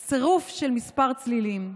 הוא צירוף של כמה צלילים.